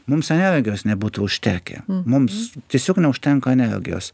mums energijos nebūtų užtekę mums tiesiog neužtenka energijos